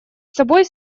собой